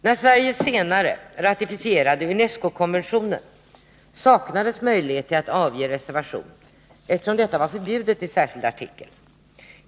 När Sverige 1963 ratificerade UNESCO-konventionen saknades möjlighet till att avge reservation, eftersom detta var förbjudet i särskild artikel.